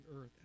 earth